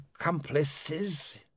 accomplices